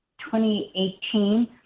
2018